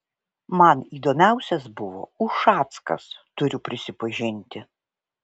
man įdomiausias buvo ušackas turiu prisipažinti